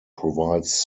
provides